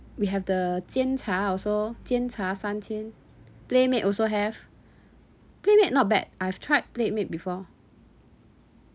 we have the Chicha also Chicha Sanchen Playmade also have Playmade not bad I've tried Playmade before